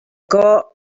got